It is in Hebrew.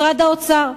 משרד האוצר.